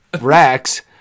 Rex